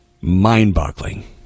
mind-boggling